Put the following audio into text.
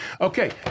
Okay